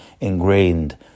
ingrained